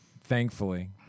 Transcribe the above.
Thankfully